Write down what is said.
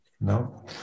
No